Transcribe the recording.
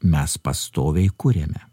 mes pastoviai kuriame